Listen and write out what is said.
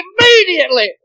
Immediately